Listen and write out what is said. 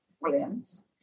Williams